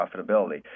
profitability